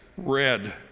Red